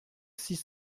six